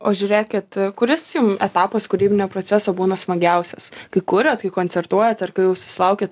o žiūrėkit kuris jum etapas kūrybinio proceso būna smagiausias kai kuriat koncertuojat jau susilaukiat